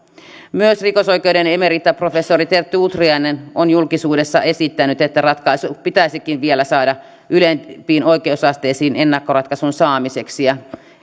myös rikosoikeuden professori emerita terttu utriainen on julkisuudessa esittänyt että ratkaisu pitäisikin vielä saada ylempiin oikeusasteisiin ennakkoratkaisun saamiseksi